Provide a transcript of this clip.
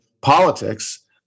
politics